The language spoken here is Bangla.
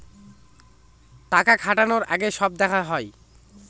টাকা খাটানোর আগে সব দেখা হয়